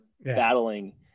battling